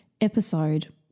episode